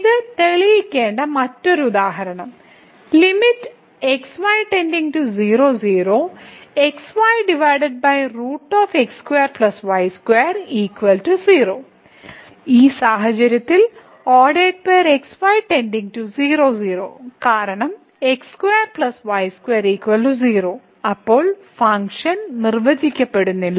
ഇത് തെളിയിക്കേണ്ട മറ്റൊരു ഉദാഹരണം ഈ സാഹചര്യത്തിൽ x y → 00 കാരണം 0 അപ്പോൾ ഫംഗ്ഷൻ നിർവചിക്കപ്പെടുന്നില്ല